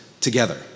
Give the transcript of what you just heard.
together